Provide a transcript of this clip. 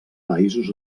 països